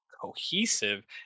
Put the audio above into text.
cohesive